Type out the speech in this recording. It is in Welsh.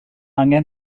angen